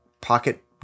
pocket